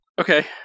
Okay